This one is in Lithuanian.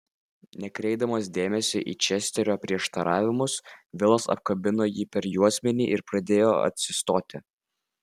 nekreipdamas dėmesio į česterio prieštaravimus vilas apkabino jį per juosmenį ir padėjo atsistoti